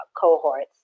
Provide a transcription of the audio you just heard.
cohorts